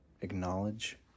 acknowledge